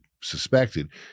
suspected